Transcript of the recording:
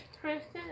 Kristen